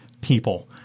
people